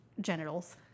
genitals